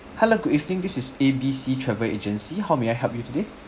hello good evening this is A B C travel agency how may I help you today